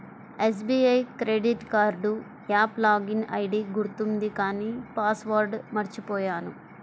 SBI credit card app login ID గుర్తుంది కానీ password మర్చిపొయ్యాను